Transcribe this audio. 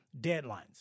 Deadlines